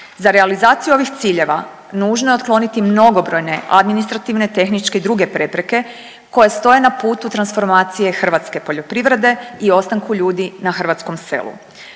Za realizaciju ovih ciljeva nužno je otkloniti mnogobrojne administrativne, tehničke i druge prepreke koje stoje na putu transformacije hrvatske poljoprivrede i ostanku ljudi na hrvatskom selu.